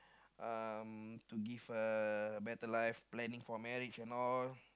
uh to give a better life planning for marriage and all